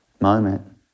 moment